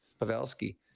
Pavelski